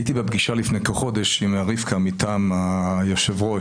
הייתי בפגישה לפני כחודש עם רבקה מטעם היושב-ראש,